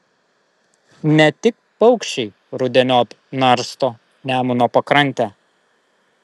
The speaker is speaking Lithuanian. ne tik paukščiai rudeniop narsto nemuno pakrantę